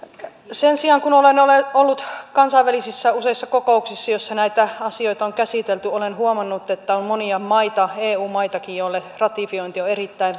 sen sijaan kun olen ollut useissa kansainvälisissä kokouksissa joissa näitä asioita on käsitelty olen huomannut että on monia maita eu maitakin joille ratifiointi on on erittäin